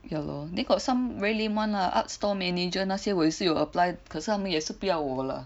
ya loh then got some very lame [one] lah art store manager 那些我也是有 apply 可是他们也是不要我啦